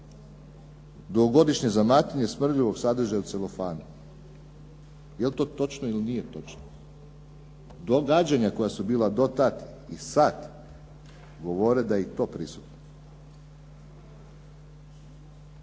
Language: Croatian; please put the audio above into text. dugogodišnje zamatanje smrdljivog sadržaja u celofanu. Je li to točno ili nije točno? Događanja koja su bila do tada i sada govore da je i to prisutno.